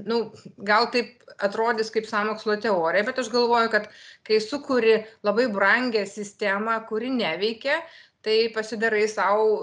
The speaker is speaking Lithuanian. nu gal taip atrodys kaip sąmokslo teorija bet aš galvoju kad kai sukuri labai brangią sistemą kuri neveikia tai pasidarai sau